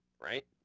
right